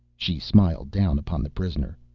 she smiled down upon the prisoner,